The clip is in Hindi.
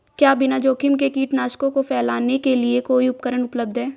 क्या बिना जोखिम के कीटनाशकों को फैलाने के लिए कोई उपकरण उपलब्ध है?